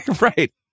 Right